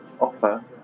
offer